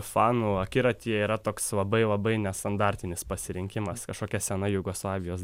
fanų akiratyje yra toks labai labai nestandartinis pasirinkimas kažkokia sena jugoslavijos